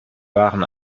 waren